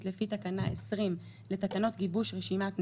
לפי תקנה 20 לתקנות גיבוש רשימת נאמנים,